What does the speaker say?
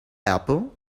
apple